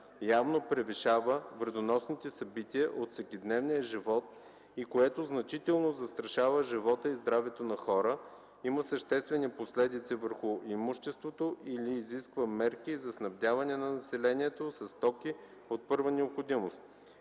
явно превишава вредоносните събития от всекидневния живот и което значително застрашава живота и здравето на хора, има съществени последици върху имуществото или изисква мерки за снабдяване на населението със стоки от първа необходимост.